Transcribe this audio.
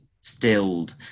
stilled